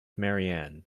marianne